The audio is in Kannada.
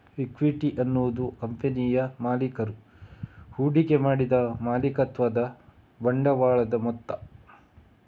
ಇಕ್ವಿಟಿ ಅನ್ನುದು ಕಂಪನಿಯ ಮಾಲೀಕರು ಹೂಡಿಕೆ ಮಾಡಿದ ಮಾಲೀಕತ್ವದ ಬಂಡವಾಳದ ಮೊತ್ತ